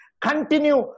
Continue